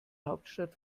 hauptstadt